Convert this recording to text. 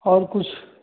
और कुछ